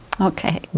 Okay